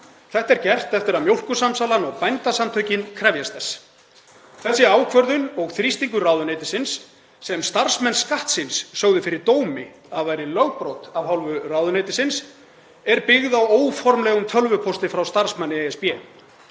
Þetta er gert eftir að Mjólkursamsalan og Bændasamtökin krefjast þess. Þessi ákvörðun og þrýstingur ráðuneytisins sem starfsmenn Skattsins sögðu fyrir dómi að væri lögbrot af hálfu ráðuneytisins er byggð á óformlegum tölvupósti frá starfsmanni ESB.